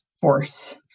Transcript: force